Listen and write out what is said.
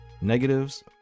negatives